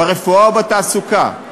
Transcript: ברפואה ובתעסוקה,